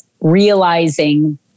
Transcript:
realizing